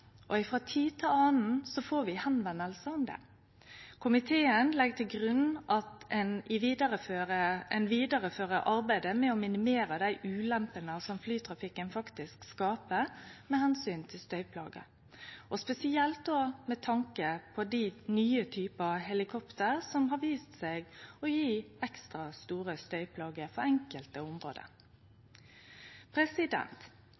det, og frå tid til anna er det nokon som vender seg til oss om det. Komiteen legg til grunn at ein vidarefører arbeidet med å minimere dei ulempene flytrafikken faktisk skaper med omsyn til støyplaga, og spesielt med tanke på dei nye typane helikopter som har vist seg å gje ekstra store støyplager i enkelte